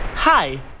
Hi